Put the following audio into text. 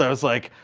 was like,